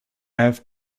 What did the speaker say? have